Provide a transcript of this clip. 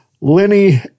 Lenny